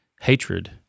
Hatred